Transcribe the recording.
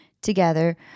together